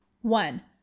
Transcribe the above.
One